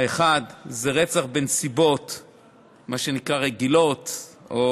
האחת זה רצח בנסיבות רגילות, מה שנקרא, או